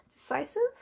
decisive